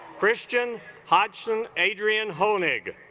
christian hudson adrian hoenig